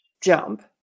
jump